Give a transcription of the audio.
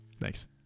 Thanks